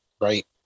Right